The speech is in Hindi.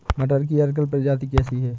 मटर की अर्किल प्रजाति कैसी है?